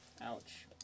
Ouch